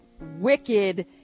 wicked